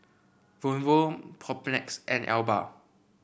Vono Propnex and Alba